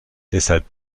deshalb